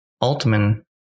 Altman